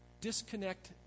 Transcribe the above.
disconnect